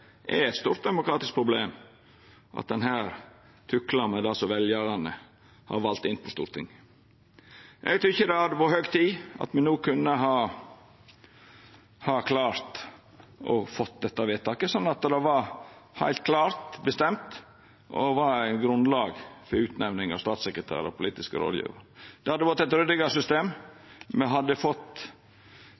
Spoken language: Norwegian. er eit stort demokratisk problem at ein her tuklar med dei som veljarane har valt inn på Stortinget? Eg tykkjer det hadde vore på høg tid at me no kunne ha klart å få dette vedtaket, slik at det var heilt klart bestemt og var eit grunnlag for utnemning av statssekretærar og politiske rådgjevarar. Det hadde vorte eit ryddigare system. Me hadde fått